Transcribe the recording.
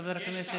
חבר הכנסת,